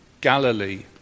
Galilee